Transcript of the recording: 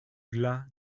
glas